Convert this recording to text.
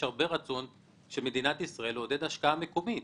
יש הרבה רצון של מדינת ישראל לעודד השקעה מקומית.